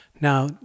Now